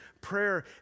prayer